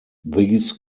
these